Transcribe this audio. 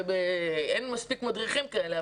אין מספיק מדריכים כאלה,